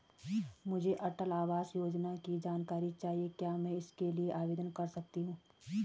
मुझे अटल आवास योजना की जानकारी चाहिए क्या मैं इसके लिए आवेदन कर सकती हूँ?